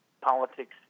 politics